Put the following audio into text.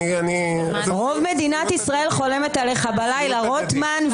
רוב מדינת ישראל חולמת עליך בלילה רוטמן,